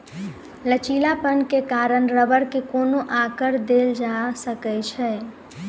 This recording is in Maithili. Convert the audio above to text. लचीलापन के कारण रबड़ के कोनो आकर देल जा सकै छै